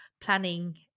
planning